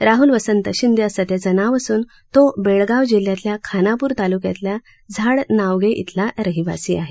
राहल वसंत शिंदे असं त्याचं नाव असून तो बेळगाव जिल्ह्यातल्या खानापूर तालुक्यातल्या झाड नावगे इथला रहिवासी आहे